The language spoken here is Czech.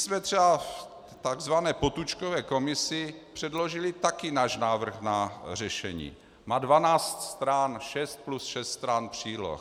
My jsme třeba v takzvané Potůčkově komisi předložili také náš návrh na řešení, má 12 stran, 6 plus 6 stran příloh.